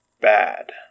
bad